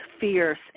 fierce